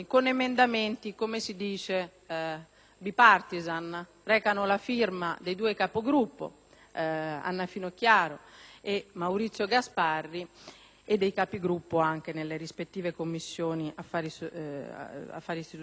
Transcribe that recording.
che recano la firma dei due Capigruppo, Anna Finocchiaro e Maurizio Gasparri, e dei Capigruppo nelle rispettive Commissioni affari costituzionali e giustizia.